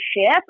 ship